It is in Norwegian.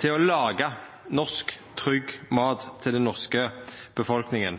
til å laga norsk, trygg mat til den norske befolkninga.